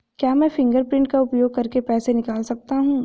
क्या मैं फ़िंगरप्रिंट का उपयोग करके पैसे निकाल सकता हूँ?